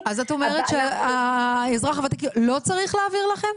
--- אז את אומרת שאזרח הוותיק לא צריך להעביר לכם?